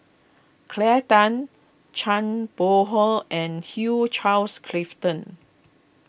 Claire Tham Zhang Bohe and Hugh Charles Clifford